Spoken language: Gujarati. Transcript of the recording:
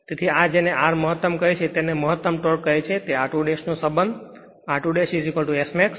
તેથી આ એક જેને r મહત્તમ કહે છે જેને મહત્તમ ટોર્ક કહે છે તે r2 નો સંબંધ કે r2S max x 2 છે